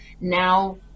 now